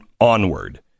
onward